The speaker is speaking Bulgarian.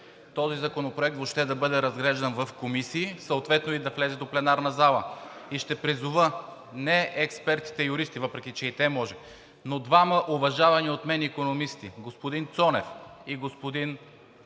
този законопроект въобще да бъде разглеждан в комисии, съответно да влезе до пленарна зала, и ще призова не експертите юристи, въпреки че и те може, но двама уважавани от мен икономисти – господин Цонев и господин